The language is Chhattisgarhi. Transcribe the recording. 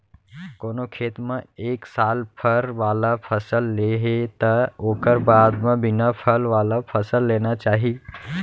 कोनो खेत म एक साल फर वाला फसल ले हे त ओखर बाद म बिना फल वाला फसल लेना चाही